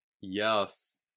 Yes